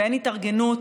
ואין התארגנות,